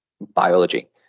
biology